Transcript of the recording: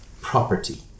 property